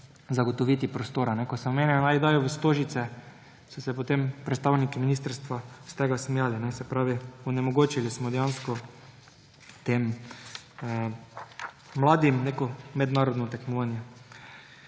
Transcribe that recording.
zagotoviti prostora. Ko sem omenil, naj dajo v Stožice, so se potem predstavniki ministrstva temu smejali. Se pravi, onemogočili smo dejansko tem mladim neko mednarodno tekmovanje.